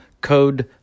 code